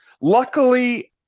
Luckily –